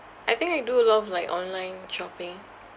I think I do a lot of like online shopping